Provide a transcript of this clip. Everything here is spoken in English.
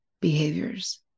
behaviors